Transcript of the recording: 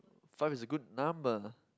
five is a good number